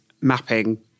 mapping